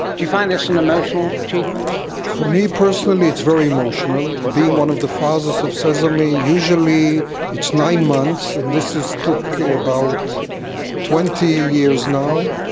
you find this an emotional achievement? for me personally it's very emotional. being one of the fathers of sesame, usually it's nine months and this took about twenty years now.